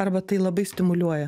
arba tai labai stimuliuoja